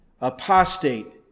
Apostate